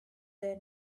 their